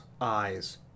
eyes